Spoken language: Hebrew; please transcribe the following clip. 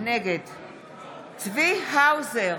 נגד צבי האוזר,